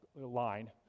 line